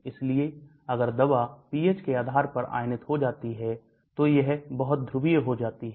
इसलिए अगर दवा pH के आधार पर आयनित हो जाती है तो यह बहुत ध्रुवीय हो जाती है